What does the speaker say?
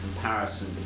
comparison